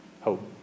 Hope